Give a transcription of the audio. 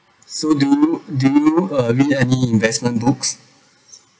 so do you do you uh read any investment books